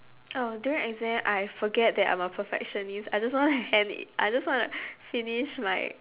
oh during exam I forget that I'm a perfectionist I just want to hand it I just want to finish my